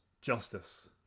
justice